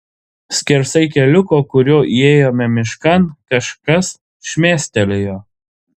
skersai keliuko kuriuo įėjome miškan kažkas šmėstelėjo